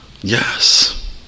yes